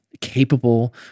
capable